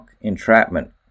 entrapment